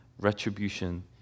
retribution